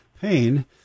pain